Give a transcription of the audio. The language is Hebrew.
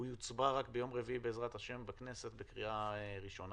הוא יוצבע רק ביום רביעי בעזרת השם בכנסת בקריאה הראשונה.